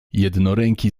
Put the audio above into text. jednoręki